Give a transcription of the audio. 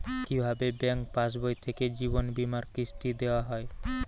কি ভাবে ব্যাঙ্ক পাশবই থেকে জীবনবীমার কিস্তি দেওয়া হয়?